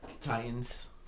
Titans